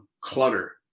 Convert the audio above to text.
clutter